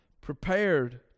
Prepared